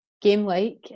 game-like